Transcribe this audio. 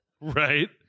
Right